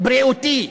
בריאותי,